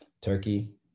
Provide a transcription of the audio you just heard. Turkey